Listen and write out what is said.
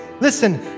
listen